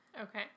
Okay